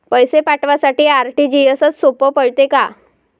पैसे पाठवासाठी आर.टी.जी.एसचं सोप पडते का?